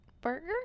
burger